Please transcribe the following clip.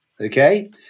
Okay